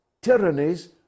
tyrannies